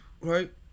right